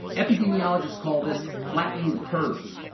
epidemiologists call this flattening the curve,